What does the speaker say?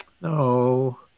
No